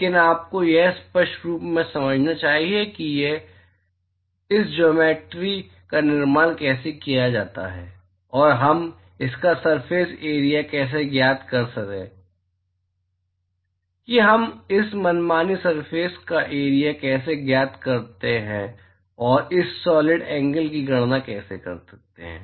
लेकिन आपको यह स्पष्ट रूप से समझना चाहिए कि इस ज्योमेट्रि का निर्माण कैसे किया जाता है और हम इसका सरफेस एरिआ कैसे ज्ञात करते हैं कि हम इस मनमानी सरफेस का एरिआ कैसे ज्ञात करते हैं और हम सॉलिड एंगल की गणना कैसे कर सकते हैं